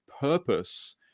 purpose